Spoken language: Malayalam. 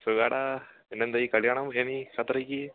സുഖമാണെടാ പിന്നെന്തായി കളി കാണാൻ പോയോ നീ ഖത്തറിലേക്ക്